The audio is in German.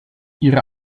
ihre